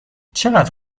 چقدر